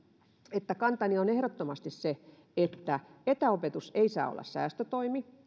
että kantani on ehdottomasti se että etäopetus ei saa olla säästötoimi